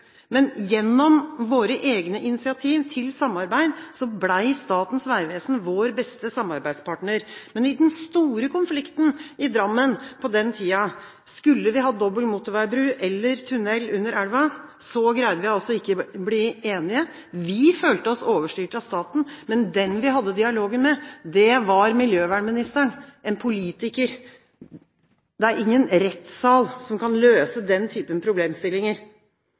men gjennom våre egne initiativ til samarbeid ble Statens vegvesen vår beste samarbeidspartner. Men i den store konflikten i Drammen på den tiden – skulle vi ha dobbel motorveibro eller tunnel under elva – greide vi altså ikke å bli enige. Vi følte oss overstyrt av staten, men den vi hadde dialogen med, var miljøvernministeren – en politiker. Ingen rettssal kan løse den typen problemstillinger.